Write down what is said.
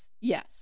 Yes